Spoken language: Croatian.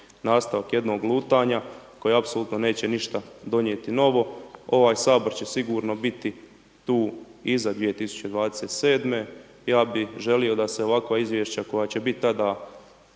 nastavak jednog lutanja koji apsolutno neće ništa donijeti novo. Ovaj Sabor će sigurno biti tu iza 2027. Ja bih želio da se ovakva izvješća koja će biti tada